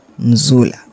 Mzula